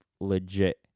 Legit